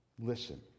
listen